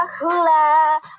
hula